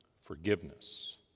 forgiveness